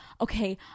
okay